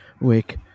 wake